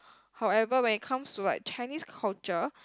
however when it comes to like Chinese culture